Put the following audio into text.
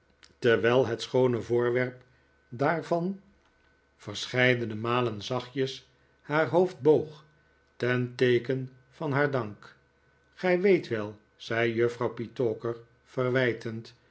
terwijl het schoone voorwerp daarvan verscheidene malen zachtjes haar hoofd boog ten teeken van haar dank gij weet wel zei juffrouw petowker verwijtend